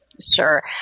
Sure